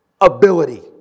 ability